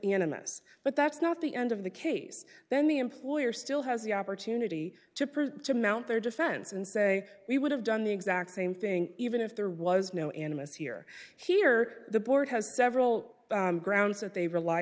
animists but that's not the end of the case then the employer still has the opportunity to prove to mount their defense and say we would have done the exact same thing even if there was no animists here here the board has several grounds that they rely